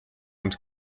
und